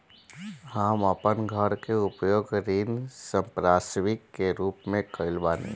हम अपन घर के उपयोग ऋण संपार्श्विक के रूप में कईले बानी